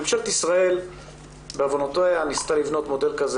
ממשלת ישראל בעוונותיה ניסתה לבנות מודל כזה,